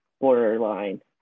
borderline